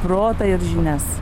protą ir žinias